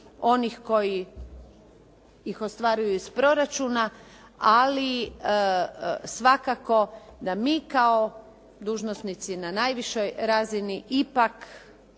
onih koji ih ostvaruju iz proračuna, ali svakako da mi kao dužnosnici na najvišoj razini ipak